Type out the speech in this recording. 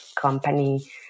company